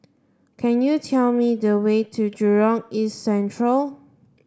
can you tell me the way to Jurong East Central